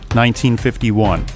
1951